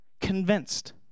Convinced